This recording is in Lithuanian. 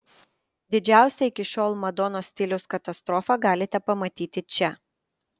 didžiausią iki šiol madonos stiliaus katastrofą galite pamatyti čia